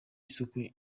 isuku